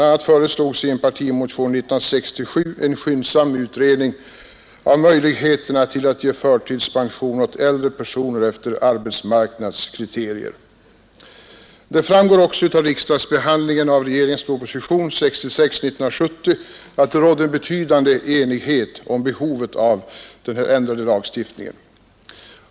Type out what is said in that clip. a. föreslogs i en partimotion 1967 en skyndsam utredning av möjligheterna till att ge förtidspension åt äldre personer efter arbetsmarknadskriterier. Riksdagsbehandlingen av regeringens proposition nr 66 år 1970 visade även att det rådde en betydande enighet om behovet av en ändrad lagstiftning.